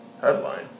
headline